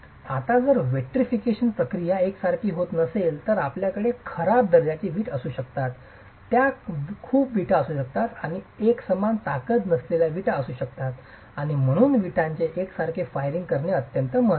आता जर विट्रिफिकेशन प्रक्रिया एकसारखीच होत नसेल तर आपल्याकडे खराब दर्जाची विटा असू शकतात त्या खूप विटा असू शकतात किंवा एकसमान ताकद नसलेल्या विटा असू शकतात आणि म्हणूनच विटांचे एकसारखे फायरिंग करणे इतके महत्वाचे आहे